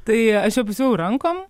tai aš ją apsiuvau rankom